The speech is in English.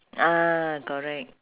ah correct